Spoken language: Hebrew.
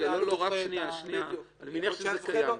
אני מניח שזה קיים.